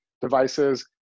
devices